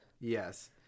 Yes